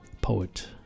poet